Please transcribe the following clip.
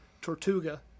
Tortuga